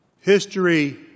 history